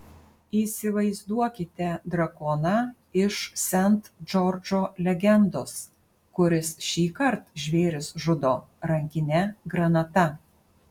įsivaizduokite drakoną iš sent džordžo legendos kuris šįkart žvėris žudo rankine granata